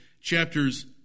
chapters